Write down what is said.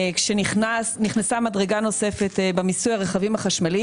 כשנכנסה מדרגה נוספת במיסוי רכבים החשמליים,